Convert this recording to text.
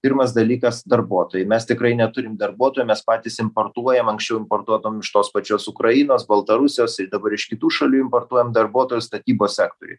pirmas dalykas darbuotojai mes tikrai neturim darbuotojų mes patys importuojam anksčiau importuodavom iš tos pačios ukrainos baltarusijos ir dabar iš kitų šalių importuojam darbuotojus statybų sektoriui